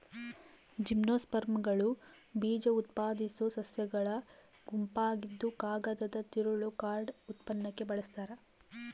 ಜಿಮ್ನೋಸ್ಪರ್ಮ್ಗಳು ಬೀಜಉತ್ಪಾದಿಸೋ ಸಸ್ಯಗಳ ಗುಂಪಾಗಿದ್ದುಕಾಗದದ ತಿರುಳು ಕಾರ್ಡ್ ಉತ್ಪನ್ನಕ್ಕೆ ಬಳಸ್ತಾರ